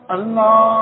Allah